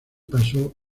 pasó